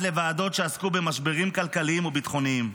לוועדות שעסקו במשברים כלכליים וביטחוניים.